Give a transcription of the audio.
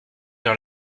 dans